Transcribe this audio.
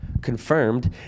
confirmed